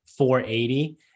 480